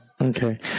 Okay